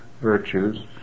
virtues